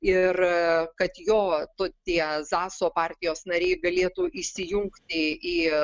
ir kad jo tu tie zaso partijos nariai galėtų įsijungti į